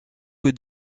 que